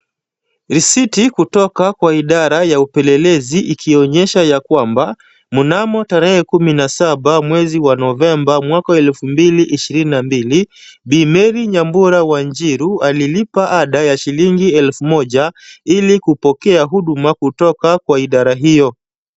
Risiti kutoka kwa idara ya upelelezi ikionyesha ya kwamba mnamo tarehe kumi na saba mwezi wa Novemba mwaka elfu mbili ishirini na mbili, Bi. Mary Nyambura Wanjiru alilipa ada ya shilingi elfu moja ili kupokea huduma kutoka kwa idara hiyo.